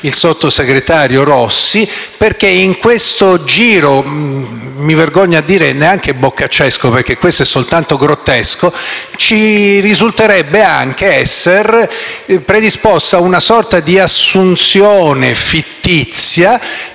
del sottosegretario Rossi.